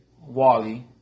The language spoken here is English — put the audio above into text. Wally